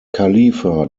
khalifa